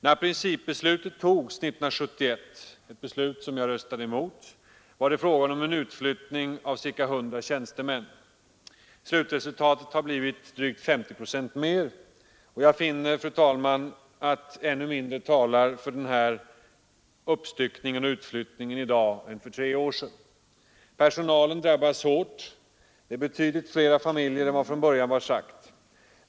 När principbeslutet togs 1971 — ett beslut som jag röstade mot — var det fråga om en utflyttning av ca 100 tjänstemän. Slutresultatet har blivit drygt 50 procent mer, och jag finner, fru talman, att i dag ännu mindre talar för uppstyckningen och utflyttningen än för tre år sedan. Personalen drabbas hårt. Det gäller betydligt flera familjer än som från början har sagts.